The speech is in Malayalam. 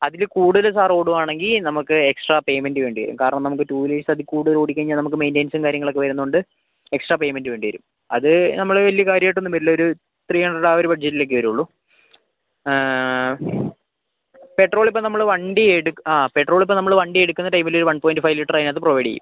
അതില് കൂടുതല് സാർ ഓടുവാണെങ്കിൽ നമുക്ക് എക്സ്ട്രാ പേയ്മെൻറ്റ് വേണ്ടി വരും കാരണം നമുക്ക് ടു വീലേഴ്സ് അതീ കൂടുതൽ കഴിഞ്ഞാൽ നമുക്ക് മെയിൻ്റനൻസും കാര്യങ്ങൾ ഒക്കെ വരുന്നുണ്ട് എക്സ്ട്രാ പേയ്മെൻറ്റ് വേണ്ടി വരും അത് നമ്മള് വലിയ കാര്യം ആയിട്ടൊന്നും വരില്ല ഒര് ത്രീ ഹണ്ട്രഡ് ആ ഒര് ബഡ്ജറ്റിൽ ഒക്കെ വരൂള്ളു പെട്രോൾ ഇപ്പം നമ്മള് വണ്ടി ആ പെട്രോൾ ഇപ്പം നമ്മള് വണ്ടി എടുക്കുന്ന ടൈമില് വൺ പോയിൻറ്റ് ഫൈവ് ലിറ്റർ അതിനകത്ത് പ്രൊവൈഡ് ചെയ്യും